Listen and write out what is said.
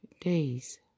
days